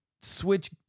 switch